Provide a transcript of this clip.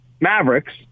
Mavericks –